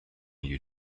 you